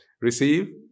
Receive